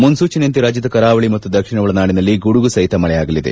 ಮುನ್ನೂಚನೆಯಂತೆ ರಾಜ್ಯದ ಕರಾವಳಿ ಮತ್ತು ದಕ್ಷಿಣ ಒಳನಾಡಿನಲ್ಲಿ ಗುಡುಗು ಸಓತ ಮಳೆಯಾಗಲಿದೆ